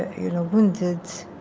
you know, wounded,